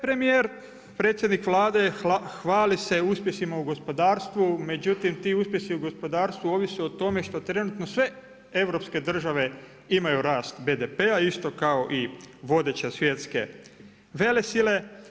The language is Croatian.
Premijer, predsjednik Vlade hvali se uspjesima u gospodarstvu međutim, ti uspjesi u gospodarstvu ovise o tome što trenutno sve europske države imaju rast BDP-a isto kao i vodeće svjetske velesile.